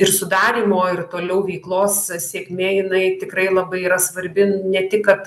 ir sudarymo ir toliau veiklos sėkmė jinai tikrai labai yra svarbi ne tik kad